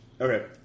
Okay